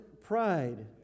pride